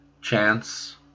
chance